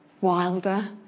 wilder